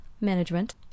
management